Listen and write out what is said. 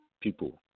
people